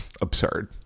absurd